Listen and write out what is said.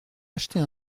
acheter